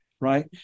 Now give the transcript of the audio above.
Right